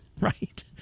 Right